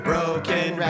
broken